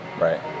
Right